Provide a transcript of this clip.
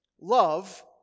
Love